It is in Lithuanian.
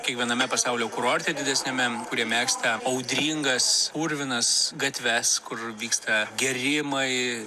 kiekviename pasaulio kurorte didesniame kurie mėgsta audringas purvinas gatves kur vyksta gėrimai